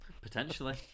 Potentially